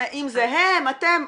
אם זה הם, אתם?